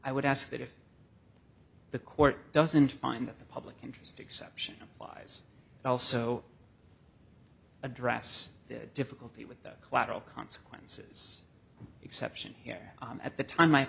i would ask that if the court doesn't find that the public interest exception applies also addressed the difficulty with the collateral consequences exception here at the time